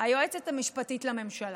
היועצת המשפטית לממשלה.